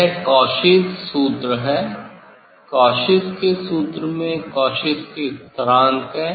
यह Cauchy's सूत्र है Cauchy's के सूत्र में Cauchy's के स्थिरांक हैं